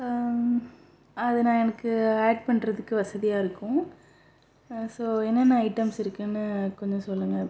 அதை நான் எனக்கு ஆட் பண்ணுறதுக்கு வசதியாக இருக்கும் ஸோ என்னென்ன ஐட்டம்ஸ் இருக்குன்னு கொஞ்சம் சொல்லுங்க